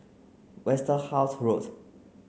Westerhout Road